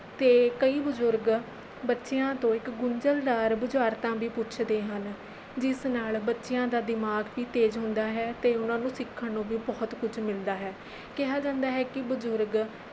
ਅਤੇ ਕਈ ਬਜ਼ੁਰਗ ਬੱਚਿਆਂ ਤੋਂ ਇੱਕ ਗੁੰਝਲਦਾਰ ਬੁਝਾਰਤਾਂ ਵੀ ਪੁੱਛਦੇ ਹਨ ਜਿਸ ਨਾਲ ਬੱਚਿਆਂ ਦਾ ਦਿਮਾਗ ਵੀ ਤੇਜ਼ ਹੁੰਦਾ ਹੈ ਅਤੇ ਉਹਨਾਂ ਨੂੰ ਸਿੱਖਣ ਨੂੰ ਵੀ ਬਹੁਤ ਕੁਝ ਮਿਲਦਾ ਹੈ ਕਿਹਾ ਜਾਂਦਾ ਹੈ ਕਿ ਬਜ਼ੁਰਗ